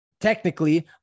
technically